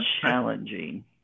challenging